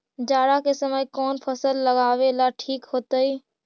जाड़ा के समय कौन फसल लगावेला ठिक होतइ?